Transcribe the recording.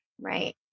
Right